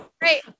Great